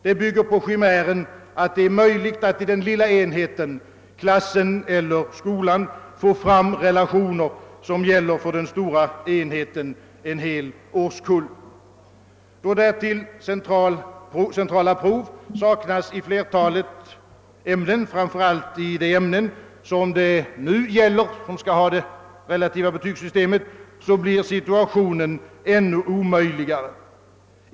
Det bygger på chimären att det är möjligt att i den lilla enheten — klassen eller skolan — få fram relationer som gäller för den stora enheten: en hel årskull. Då därtill centrala prov saknas i fler talet ämnen, framför allt i de ämnen det nu gäller som skall ha det relativa betygssystemet, blir situationen ännu omöjligare.